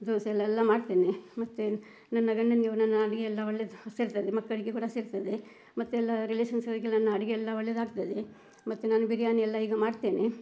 ದೋಸೆಲಿ ಎಲ್ಲ ಮಾಡ್ತೇನೆ ಮತ್ತೆ ನನ್ನ ಗಂಡನಿಗೆ ನನ್ನ ಅಡುಗೆ ಎಲ್ಲ ಒಳ್ಳೆಯದು ಸೇರ್ತದೆ ಮಕ್ಕಳಿಗೆ ಕೂಡ ಸೇರ್ತದೆ ಮತ್ತೆಲ್ಲ ರಿಲೇಷನ್ಸವರಿಗೆ ನನ್ನ ಅಡುಗೆ ಎಲ್ಲ ಒಳ್ಳೆಯದಾಗ್ತದೆ ಮತ್ತೆ ನಾನು ಬಿರಿಯಾನಿ ಎಲ್ಲ ಈಗ ಮಾಡ್ತೇನೆ